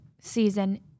season